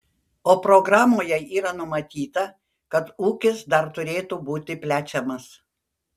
o programoje yra numatyta kad ūkis dar turėtų būti plečiamas